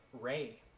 ray